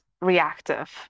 reactive